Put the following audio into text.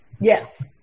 Yes